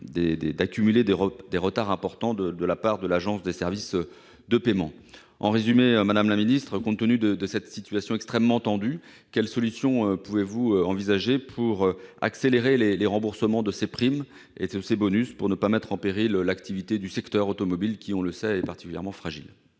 d'accumuler des retards importants de la part de l'Agence des services de paiement, l'ASP. Madame la ministre, en résumé, et compte tenu de cette situation extrêmement tendue, quelles solutions pouvez-vous envisager pour accélérer le remboursement de ces primes, de ces bonus ? Il convient de ne pas mettre en péril l'activité du secteur automobile, qui, on le sait, est particulièrement fragile.